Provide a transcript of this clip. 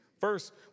First